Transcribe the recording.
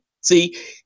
See